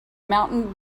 mountain